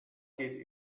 geht